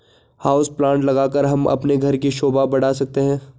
house plant लगाकर हम अपने घर की शोभा बढ़ा सकते हैं